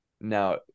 Now